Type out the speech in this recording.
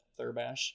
Thurbash